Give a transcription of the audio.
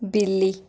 ਬਿੱਲੀ